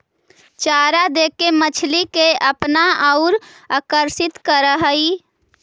चारा देके मछली के अपना औउर आकर्षित करऽ हई